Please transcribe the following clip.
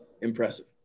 impressive